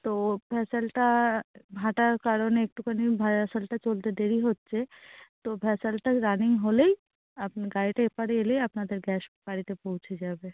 তো ভেসেলটা ভাটার কারণে একটুখানি ভেসেলটা চলতে দেরি হচ্ছে তো ভেসেলটা রানিং হলেই আপনার গাড়িটা এপারে এলেই আপনাদের গ্যাস বাড়িতে পৌঁছে যাবে